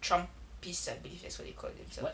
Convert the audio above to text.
trumpist I believe that's what they call themselves